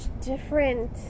different